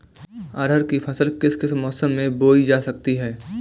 अरहर की फसल किस किस मौसम में बोई जा सकती है?